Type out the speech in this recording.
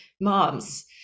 moms